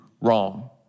wrong